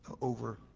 over